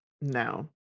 No